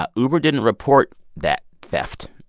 ah uber didn't report that theft,